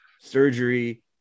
surgery